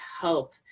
help